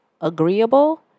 agreeable